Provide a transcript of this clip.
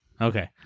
Okay